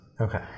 Okay